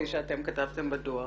כפי שאתם כתבתם בדוח,